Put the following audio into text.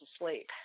asleep